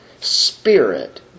spirit